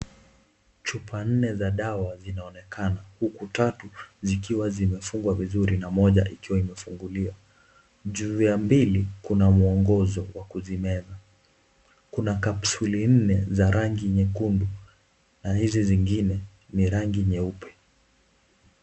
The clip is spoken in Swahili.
Chupa nne za dawa zinaonekana huko tatu zikionekana zikiwa zimefungwa vizuri na moja ikiwa imefunguliwa. Juu ya mbili kuna mwongozo wa kuzimeza. Kuna capsule mbili za rangi nyekundu na hizi zingine ni rangi nyeupe.